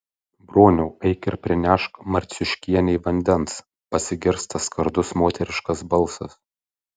broniau eik ir prinešk marciuškienei vandens pasigirsta skardus moteriškas balsas